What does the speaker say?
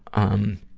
um,